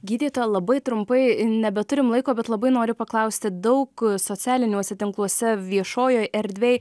gydytoja labai trumpai nebeturim laiko bet labai noriu paklausti daug socialiniuose tinkluose viešojoj erdvėj